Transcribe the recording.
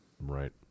right